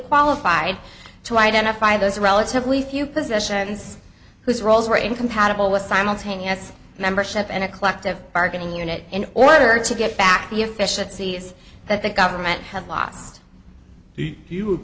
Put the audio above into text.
qualified to identify those relatively few positions whose roles were incompatible with simultaneous membership in a collective bargaining unit in order to get back the efficiencies that the government had lost he you